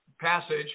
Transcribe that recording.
passage